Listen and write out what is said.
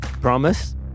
Promise